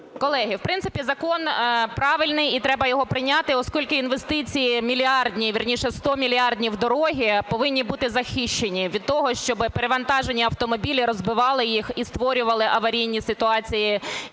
Колеги, в принципі, закон правильний і треба його прийняти, оскільки інвестиції мільярдні, вірніше, стомільярдні в дороги повинні бути захищені від того, щоб перевантажені автомобілі розбивали їх і створювали аварійні ситуації,